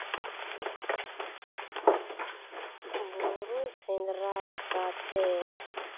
ᱵᱩᱨᱩ ᱥᱮᱸᱫᱽᱨᱟ ᱠᱟᱛᱮᱫ